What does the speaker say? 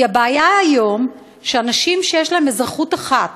כי הבעיה כיום היא אנשים שיש להם אזרחות אחת,